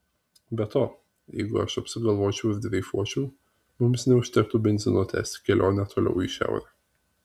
be to jeigu aš apsigalvočiau ir dreifuočiau mums neužtektų benzino tęsti kelionę toliau į šiaurę